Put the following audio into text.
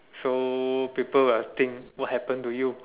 so people will think what happened to you